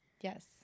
yes